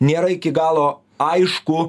nėra iki galo aišku